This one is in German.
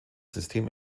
system